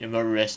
有没有 rest